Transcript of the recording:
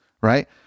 right